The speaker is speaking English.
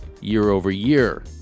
year-over-year